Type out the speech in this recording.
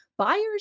buyers